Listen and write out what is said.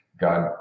God